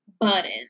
Button